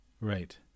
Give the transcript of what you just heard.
right